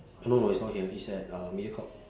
eh no no it's not here it's at uh mediacorp